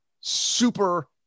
super